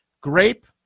Grape